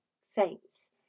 saints